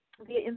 via